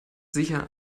sicher